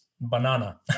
banana